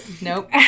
Nope